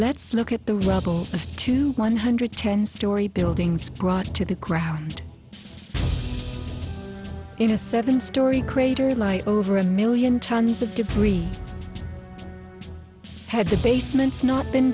let's look at the rubble to one hundred ten story buildings brought to the ground in a seven story crater lie over a million tons of debris had to basements not been